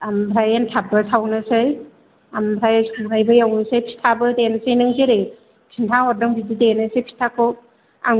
आमफ्राइ एन्थाबबो सावनोसै आमफ्राइ सौरायबो एवसै फिथाबो देनोसै नों जेरै खिन्था हरदों बिदि देनोसै फिथाखौ आं